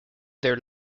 their